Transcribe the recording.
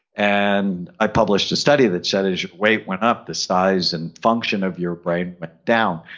and i published a study that said as your weight went up, the size and function of your brain went down.